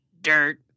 dirt